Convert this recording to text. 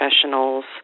professionals